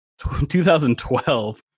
2012